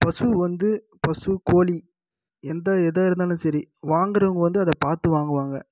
பசு வந்து பசு கோழி எந்த எதாக இருந்தாலும் சரி வாங்கறவங்க வந்து அதை பார்த்து வாங்குவாங்க